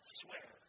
swear